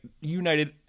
United